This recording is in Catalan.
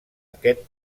aquest